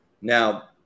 Now